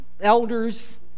Elders